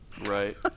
Right